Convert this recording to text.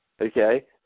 okay